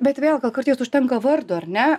bet vėl gal kartais užtenka vardo ar ne